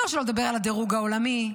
שלא לדבר על הדירוג העולמי.